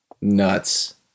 nuts